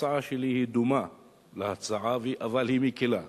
ההצעה שלי דומה להצעה הזו, אבל היא מקלה,